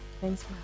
Thanks